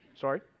Sorry